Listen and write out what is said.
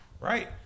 Right